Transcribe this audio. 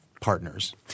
partners